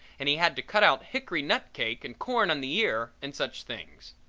and he had to cut out hickory nut cake and corn on the ear and such things.